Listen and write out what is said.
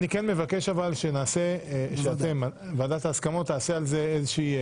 אני כן מבקש שוועדת ההסכמות תעשה על זה איזשהו